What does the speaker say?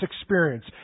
experience